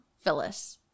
phyllis